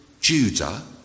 Judah